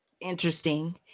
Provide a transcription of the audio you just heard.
interesting